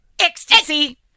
Ecstasy